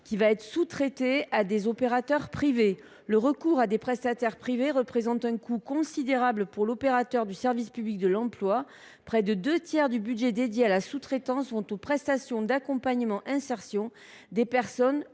va être sous traité à des opérateurs privés. » Le recours à des prestataires privés représente un coût considérable pour l’opérateur du service public de l’emploi : près des deux tiers du budget dédié à la sous traitance, soit 1,6 milliard d’euros, sont allés aux prestations d’« accompagnement insertion » des personnes